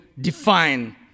define